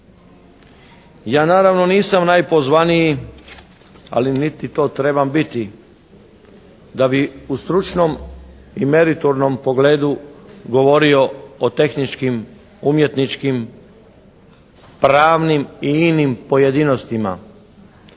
Ja naravno nisam najpozvaniji, ali niti to trebam biti da bi u stručnom i meritornom pogledu govorio o tehničkim, umjetničkim, pravnim i inim pojedinostima,